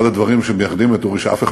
אחד הדברים שמייחדים את אורי זה שאף אחד